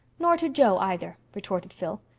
nor to jo, either, retorted phil.